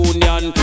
Union